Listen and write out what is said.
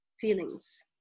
feelings